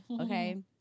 okay